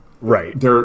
Right